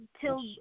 till